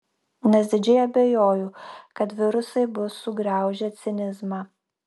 nes didžiai abejoju kad virusai bus sugraužę cinizmą